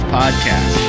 podcast